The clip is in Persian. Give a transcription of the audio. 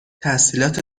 تحصیلات